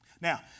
Now